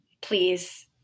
please